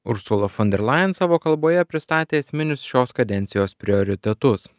ursula fon der lajan savo kalboje pristatė esminius šios kadencijos prioritetus